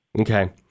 Okay